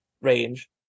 range